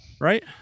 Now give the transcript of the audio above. Right